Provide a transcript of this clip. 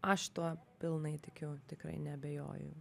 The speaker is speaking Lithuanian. aš tuo pilnai tikiu tikrai neabejoju